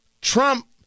Trump